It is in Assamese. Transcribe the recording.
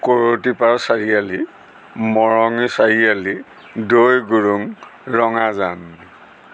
কৰতিপাৰ চাৰিআলি মৰঙী চাৰিআলি দৈগুৰুং ৰঙাজান